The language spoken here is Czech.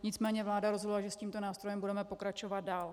Nicméně vláda rozhodla, že s tímto nástrojem budeme pokračovat dál.